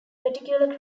particular